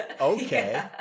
okay